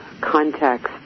context